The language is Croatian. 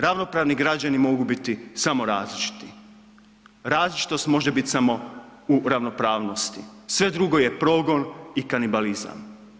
Ravnopravni građani mogu biti samo različiti, različitost može biti samo u ravnopravnosti, sve drugo je progon i kanibalizam.